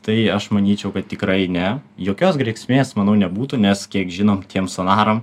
tai aš manyčiau kad tikrai ne jokios grėsmės manau nebūtų nes kiek žinom tiem sonaram